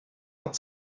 out